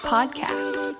Podcast